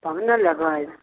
तब ने लेबै